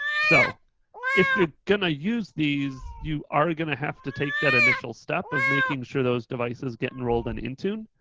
so if you're gonna use these, you are gonna have to take that initial step of making sure those devices get enrolled in and intune.